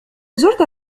زرت